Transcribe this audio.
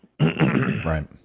Right